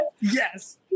Yes